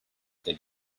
that